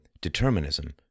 determinism